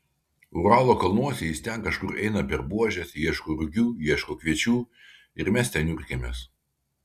uralo kalnuose jis ten kažkur eina per buožes ieško rugių ieško kviečių ir mes ten niurkėmės